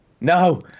No